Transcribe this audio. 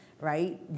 right